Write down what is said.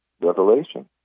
revelation